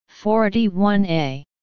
41A